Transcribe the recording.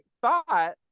thought